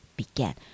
began